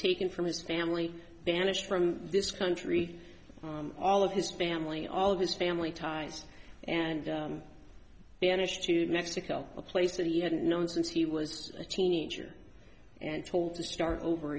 taken from his family banished from this country all of his family all of his family ties and banished to mexico a place that he hadn't known since he was a teenager and told to start over